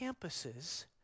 campuses